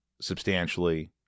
substantially